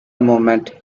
moment